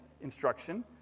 instruction